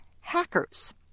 hackers